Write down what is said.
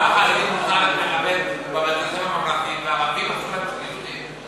למה חרדי מוכן ללמד בבתי-הספר הממלכתיים וערבי אסור לו אצל יהודים?